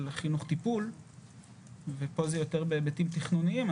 חינוך-טיפול וכאן זה יותר בהיבטים תכנוניים.